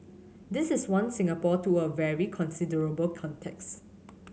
this is one Singapore to a very considerable context